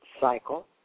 cycle